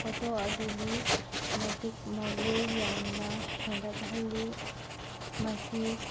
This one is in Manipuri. ꯐꯣꯇꯣ ꯑꯗꯨꯒꯤ ꯃꯇꯤꯛ ꯃꯒꯨꯜ ꯌꯥꯝꯅ ꯍꯦꯟꯒꯠꯍꯜꯂꯤ ꯃꯁꯤ